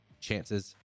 chances